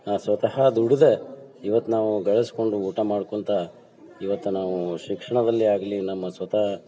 ಸ್ವತಃ ದುಡ್ದು ಇವತ್ತು ನಾವು ಗಳಿಸ್ಕೊಂಡು ಊಟ ಮಾಡ್ಕೊತ ಇವತ್ತು ನಾವು ಶಿಕ್ಷಣದಲ್ಲಿ ಆಗಲಿ ನಮ್ಮ ಸ್ವತಃ